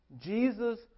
Jesus